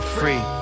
free